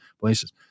places